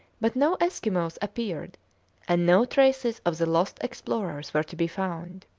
but no eskimos appeared and no traces of the lost explorers were to be found.